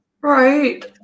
Right